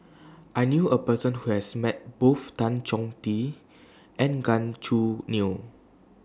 I knew A Person Who has Met Both Tan Chong Tee and Gan Choo Neo